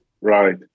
Right